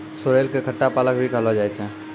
sorrel कॅ खट्टा पालक भी कहलो जाय छै